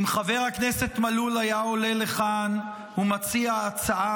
אם חבר הכנסת מלול היה עולה לכאן ומציע הצעה